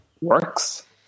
works